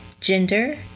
gender